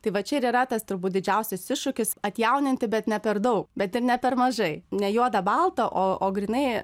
tai va čia ir yra tas turbūt didžiausias iššūkis atjauninti bet ne per daug bet ir ne per mažai ne juoda balta o o grynai